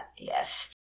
yes